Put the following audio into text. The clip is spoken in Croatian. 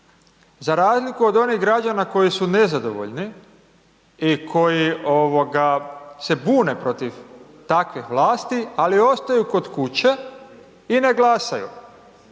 za razliku od onih građana koji su nezadovoljni i koji se bune protiv takvih vlasti, ali ostaju kod kuće i ne glasaju